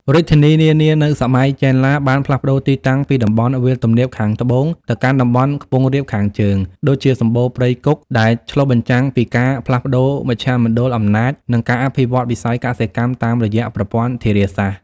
រាជធានីនានានៅសម័យចេនឡា បានផ្លាស់ប្តូរទីតាំងពីតំបន់វាលទំនាបខាងត្បូង ទៅកាន់តំបន់ខ្ពង់រាបខាងជើង ដូចជាសម្បូរព្រៃគុក ដែលឆ្លុះបញ្ចាំងពីការផ្លាស់ប្តូរមជ្ឈមណ្ឌលអំណាច និងការអភិវឌ្ឍន៍វិស័យកសិកម្មតាមរយៈប្រព័ន្ធធារាសាស្ត្រ។